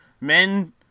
men